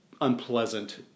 unpleasant